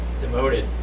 demoted